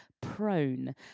Prone